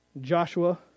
Joshua